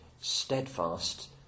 steadfast